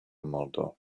murder